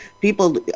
people